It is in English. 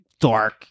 dark